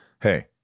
hey